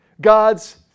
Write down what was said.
God's